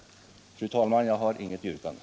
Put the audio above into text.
Fru talman! Jag har intet yrkande.